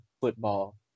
football